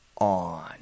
on